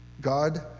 God